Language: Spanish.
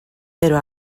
pero